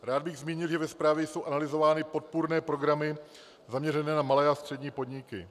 Rád bych zmínil, že ve zprávě jsou analyzovány podpůrné programy zaměřené na malé a střední podniky.